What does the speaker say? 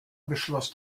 beschloss